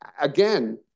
Again